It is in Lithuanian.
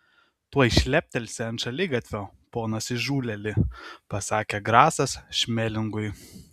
tuoj šleptelsi ant šaligatvio ponas įžūlėli pasakė grasas šmelingui